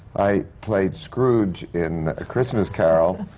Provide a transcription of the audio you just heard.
i played scrooge in a christmas carol.